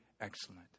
excellent